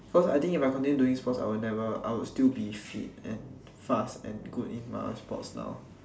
cause I think if I continue doing sports I would never I would still be fit and fast and good in my sports now